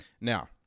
Now